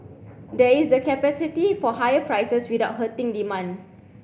there is the capacity for higher prices without hurting demand